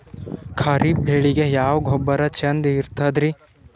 ಖರೀಪ್ ಬೇಳಿಗೆ ಯಾವ ಗೊಬ್ಬರ ಚಂದ್ ಇರತದ್ರಿ?